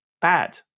bad